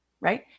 right